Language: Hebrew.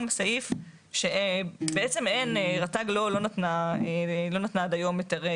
סעיף שבעצם רת"ג לא נתנה עד היום היתרים,